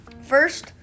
first